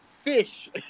Fish